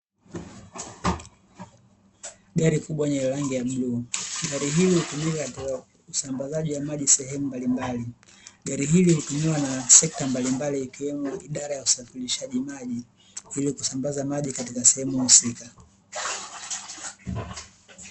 Gari kubwa lenye rangi ya bluu. Gari hili hutumika katika usambazaji wa maji sehemu mbalimbali. Gari hili hutumiwa na sekta mbalimbali ikiwemo idara ya usafirishaji maji, ili kusambaza maji katika sehemu husika.